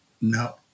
No